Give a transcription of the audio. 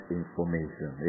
information